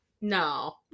no